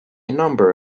number